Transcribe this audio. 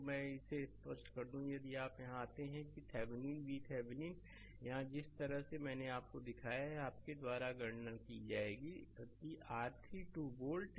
तो मैं इसे स्पष्ट कर दूं यदि आप यहां आते हैं कि थेविनीन VThevenin यहां जिस तरह से मैंने आपको दिखाया है कि यह आपके द्वारा गणना की गई है जैसे कि R32 वोल्ट